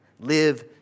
live